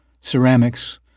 ceramics